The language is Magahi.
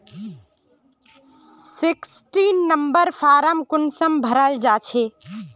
सिक्सटीन नंबर फारम कुंसम भराल जाछे?